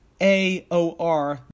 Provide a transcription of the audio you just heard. AOR